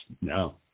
no